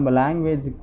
language